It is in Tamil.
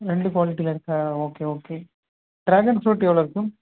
ரெண்டு க்வாலிட்டியில் இருக்கா ஓகே ஓகே ட்ராகன் ஃப்ரூட்டு எவ்வளோருக்கு